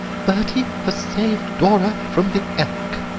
bertie has saved dora from the elk!